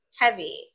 heavy